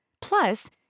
Plus